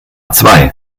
zwei